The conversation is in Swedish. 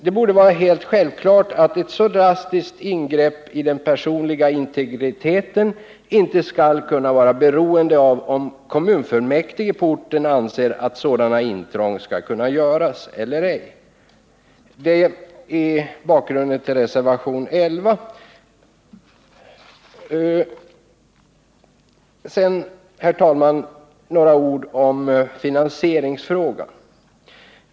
Det borde vara självklart att ett så drastiskt ingrepp i den personliga integriteten inte skall vara beroende av om kommunfullmäktige på orten anser att sådana intrång skall göras. Det är bakgrunden till reservation nr 11. Herr talman! Några ord om finansieringsfrågan.